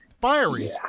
Fiery